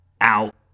out